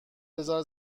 بزار